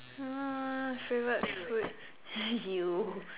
uh favorite food you